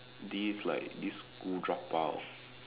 this like this school drop out